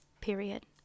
period